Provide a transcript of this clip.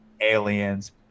Aliens